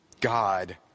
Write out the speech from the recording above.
God